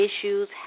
issues